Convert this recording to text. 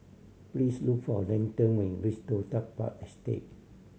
please look for Denton when you reach Toh Tuck Park Estate